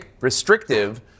restrictive